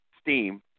steam